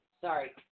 sorry